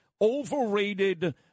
overrated